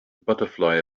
butterfly